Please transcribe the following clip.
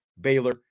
Baylor